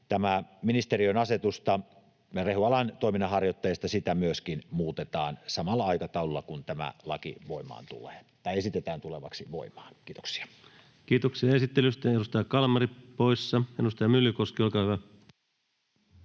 ministeriön asetusta rehualan toiminnanharjoittajista muutetaan samalla aikataululla kuin tämä laki esitetään tulevaksi voimaan. — Kiitoksia. Kiitoksia esittelystä. — Edustaja Kalmari poissa. — Edustaja Myllykoski, olkaa hyvä.